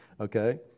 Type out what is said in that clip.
okay